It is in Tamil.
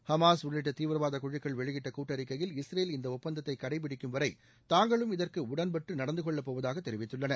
ஹமாஸ் உள்ளிட்ட தீவிரவாதக்குழுக்கள் வெளியிட்ட கூட்டறிக்கையில் இஸ்ரேல் இந்த ஒப்பந்தத்தை கடைபிடிக்கும்வரை தாங்களும் இதற்கு உடன்பாட்டு நடந்துகொள்ளப்போவதாக தெரிவித்துள்ளன